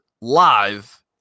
live